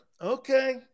Okay